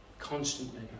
Constantly